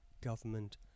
government